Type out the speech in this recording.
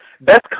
Best